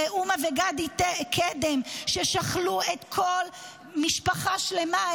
ראומה וגדי קדם ששכלו את כל משפחה שלמה,